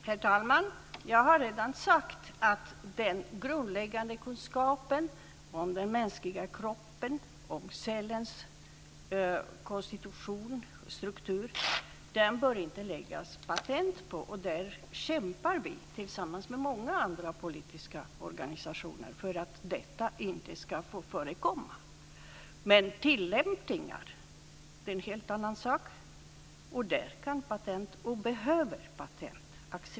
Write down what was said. Herr talman! Jag har redan sagt att den grundläggande kunskapen om den mänskliga kroppen och cellens konstitution och struktur bör det inte läggas patent på. Där kämpar vi tillsammans med många andra politiska organisationer för att detta inte ska få förekomma. Men tillämpningar är en helt annan sak, och där kan patent, behöver patent, accepteras.